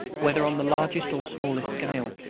whether on the largest or smallest scale.